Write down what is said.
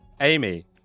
amy